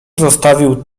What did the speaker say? zostawił